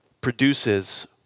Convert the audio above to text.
produces